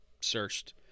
searched –